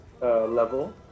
level